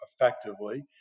effectively